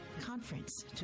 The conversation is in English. CONFERENCE